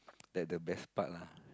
that the best part lah